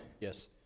Yes